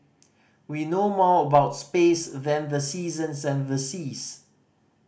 we know more about space than the seasons and the seas